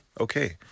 okay